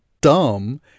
dumb